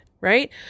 Right